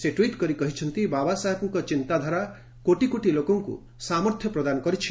ସେ ଟ୍ୱିଟ୍ କରି କହିଛନ୍ତି ବାବାସାହେବଙ୍କ ଚିନ୍ତାଧାରା କୋଟି କୋଟି ଲୋକଙ୍କୁ ସାମର୍ଥ୍ୟ ପ୍ରଦାନ କରିଛି